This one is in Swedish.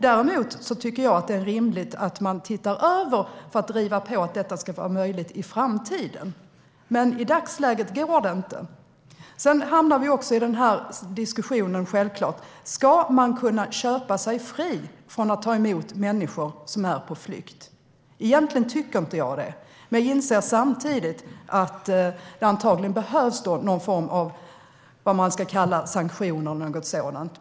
Däremot tycker jag att det är rimligt att man ser över det, för att driva på att det ska vara möjligt i framtiden. Men i dagsläget går det inte. Sedan hamnar vi självklart också i diskussionen om man ska kunna köpa sig fri från att ta emot människor som är på flykt. Egentligen tycker jag inte det. Men jag inser samtidigt att det antagligen behövs någon form av vad man kan kalla sanktioner.